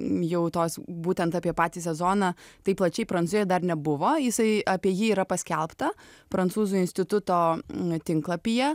jau tos būtent apie patį sezoną taip plačiai prancūzijoje dar nebuvo jisai apie jį yra paskelbta prancūzų instituto tinklapyje